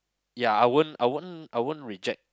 ya I won't I won't I won't reject